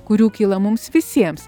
kurių kyla mums visiems